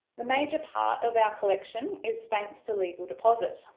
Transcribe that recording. the major part of our collection is thanks to legal deposit.